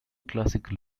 classical